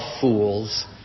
fools